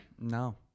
No